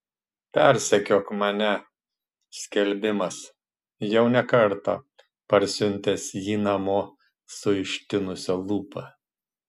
persekiok mane skelbimas jau ne kartą parsiuntęs jį namo su ištinusia lūpa